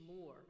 more